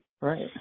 Right